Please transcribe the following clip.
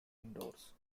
indoors